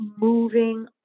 moving